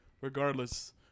regardless